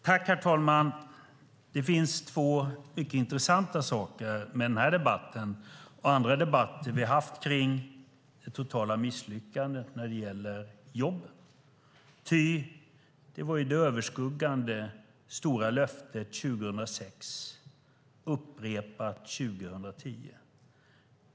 Herr talman! Det finns två mycket intressanta saker med den här debatten och andra debatter vi haft om det totala misslyckandet när det gäller jobben, som var det stora, överskuggande löftet 2006, upprepat 2010.